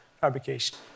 fabrication